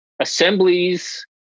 assemblies